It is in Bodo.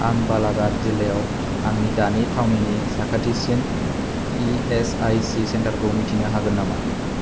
आं बालाघात जिल्लायाव आंनि दानि थावनिनि साखाथिसिन इ एस आइ सि सेन्टारखौ मिन्थिनो हागोन नामा